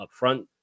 upfront